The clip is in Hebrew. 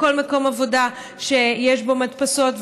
בכל מקום עבודה שיש בו מדפסות,